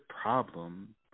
problem